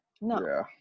No